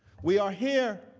we are here,